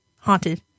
haunted